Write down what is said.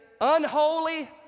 unholy